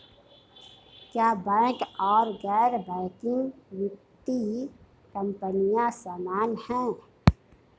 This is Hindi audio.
क्या बैंक और गैर बैंकिंग वित्तीय कंपनियां समान हैं?